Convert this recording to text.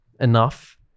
enough